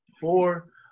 Four